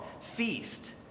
feast